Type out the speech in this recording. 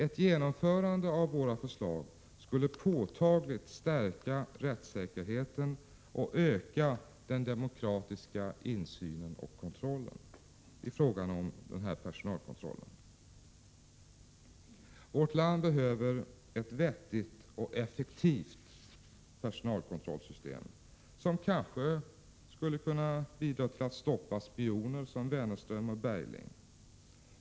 Ett genomförande av våra förslag skulle påtagligt stärka rättssäkerheten och öka den demokratiska insynen i fråga om personalkontrollen. Vårt land behöver ett vettigt och effektivt personalkontrollsystem, som kanske skulle kunna bidra till att stoppa spioner som Wennerström och Bergling.